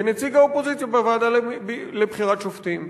כנציג האופוזיציה בוועדה לבחירת שופטים.